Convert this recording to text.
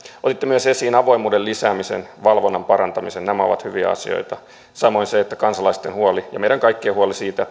otitte myös esiin avoimuuden lisäämisen valvonnan parantamisen nämä ovat hyviä asioita samoin se kansalaisten huoli ja meidän kaikkien huoli siitä